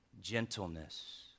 Gentleness